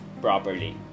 properly